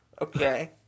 Okay